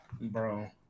Bro